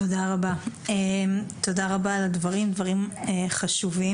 תודה רבה על הדברים, דברים חשובים.